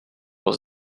was